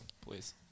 please